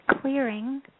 clearing